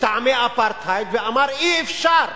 מטעמי אפרטהייד, ואמר: אי-אפשר,